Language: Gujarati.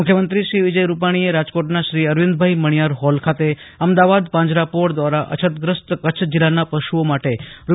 મુખ્યમંત્રીશ્રી વિજયભાઇ રૂપાજીએ રાજકોટના શ્રી અરવિંદભાઇ મણિયાર હોલ ખાતે અમદાવાદ પાંજરાપોળ દ્વારા અછતગ્રસ્ત કચ્છ જિલ્લાના પશુઓ માટે રૂ